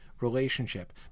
relationship